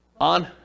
On